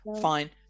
Fine